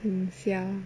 很香